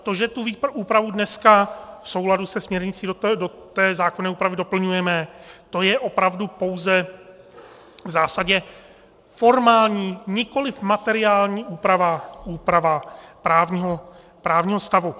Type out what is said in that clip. To, že tu úpravu dneska v souladu se směrnicí do té zákonné úpravy doplňujeme, to je opravdu pouze v zásadě formální, nikoliv materiální úprava, úprava právního stavu.